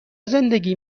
زندگی